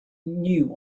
new